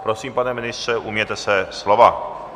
Prosím, pane ministře, ujměte se slova.